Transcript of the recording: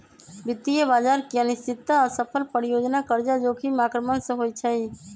वित्तीय बजार की अनिश्चितता, असफल परियोजना, कर्जा जोखिम आक्रमण से होइ छइ